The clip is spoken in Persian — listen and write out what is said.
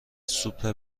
سوپ